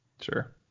Sure